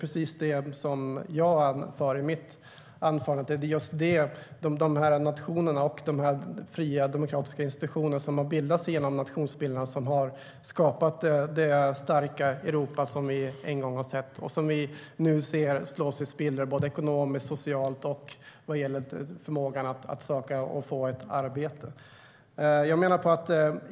Men som jag sa i mitt huvudanförande är det just nationerna och de fria demokratiska institutioner som uppkommit genom nationsbildande som har skapat det en gång starka Europa som vi nu ser slås i spillror ekonomiskt, socialt och vad gäller förmågan att söka och få ett arbete.